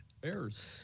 Bears